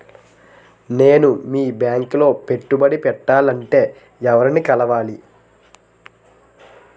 నేను మీ బ్యాంక్ లో పెట్టుబడి పెట్టాలంటే ఎవరిని కలవాలి?